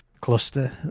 cluster